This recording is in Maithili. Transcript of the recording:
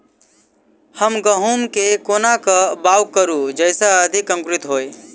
हम गहूम केँ कोना कऽ बाउग करू जयस अधिक अंकुरित होइ?